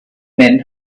men